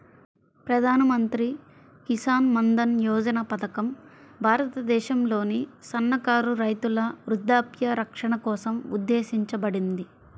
ప్రధాన్ మంత్రి కిసాన్ మన్ధన్ యోజన పథకం భారతదేశంలోని సన్నకారు రైతుల వృద్ధాప్య రక్షణ కోసం ఉద్దేశించబడింది